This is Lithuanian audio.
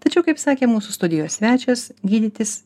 tačiau kaip sakė mūsų studijos svečias gydytis